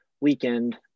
weekend